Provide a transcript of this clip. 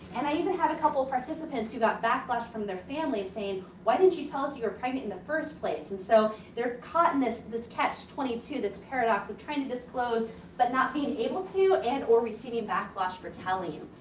and i even had a couple of participants who got backlash from their families saying, why didn't you tell us you were pregnant in the first place? and so, they're caught in this this catch twenty two, this paradox of trying to disclose but not being able to, and or receiving backlash for telling.